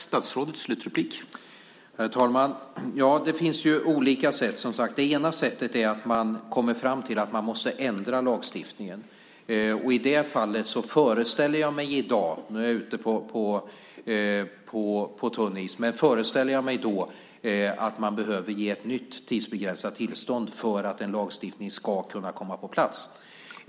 Herr talman! Det finns som sagt olika sätt. Det ena sättet är att man kommer fram till att man måste ändra lagstiftningen. I det fallet föreställer jag mig i dag - nu är jag ute på tunn is - att man behöver ge ett nytt tidsbegränsat tillstånd för att en lagstiftning ska kunna komma på plats.